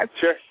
Sure